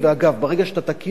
ברגע שאתה תכיר בהם,